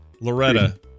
Loretta